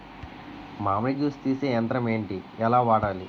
మామిడి జూస్ తీసే యంత్రం ఏంటి? ఎలా వాడాలి?